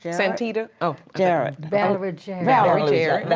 santeeda oh, jarrett. valarie jarrett. valarie.